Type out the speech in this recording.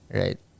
right